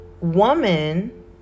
woman